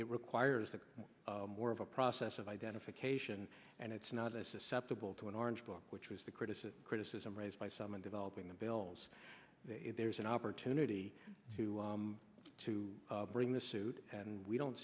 it requires more of a process of identification and it not as susceptible to an orange book which was the criticism criticism raised by some in developing the bills there's an opportunity to to bring this suit and we don't